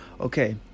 okay